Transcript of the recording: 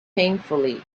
painfully